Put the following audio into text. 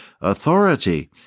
authority